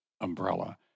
umbrella